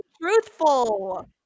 truthful